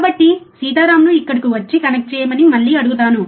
కాబట్టి సీతారాంను ఇక్కడికి వచ్చి కనెక్ట్ చేయమని మళ్ళీ అడుగుతాను